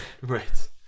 Right